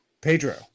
Pedro